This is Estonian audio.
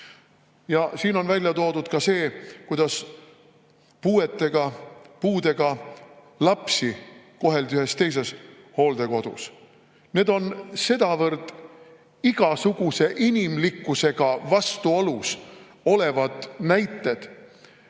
Siin on välja toodud ka see, kuidas puudega lapsi koheldi ühes teises hooldekodus. Need on sedavõrd igasuguse inimlikkusega vastuolus olevad näited,